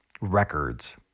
records